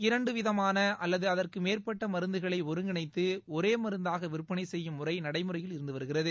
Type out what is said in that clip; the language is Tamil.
இரண்டு விதமாள அல்லது அதற்கு மேற்பட்ட மருந்துக்களை ஒருங்கினைத்து ஒரே மருந்தாக விற்பனை செய்யும் முறை நடைமுறையில் இருந்து வருகிறது